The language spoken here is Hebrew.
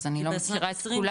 אז אני לא מכירה את כולם.